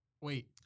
wait